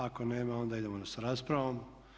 Ako nema onda idemo sa raspravom.